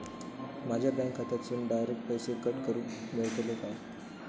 माझ्या बँक खात्यासून डायरेक्ट पैसे कट करूक मेलतले काय?